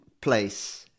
place